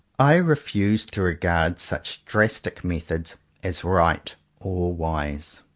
i refuse to regard such drastic methods as right or wise.